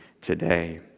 today